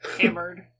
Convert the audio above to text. Hammered